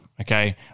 okay